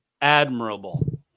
admirable